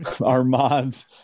armand